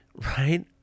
right